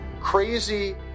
crazy